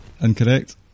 incorrect